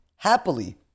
Happily